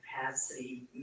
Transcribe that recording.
capacity